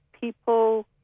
people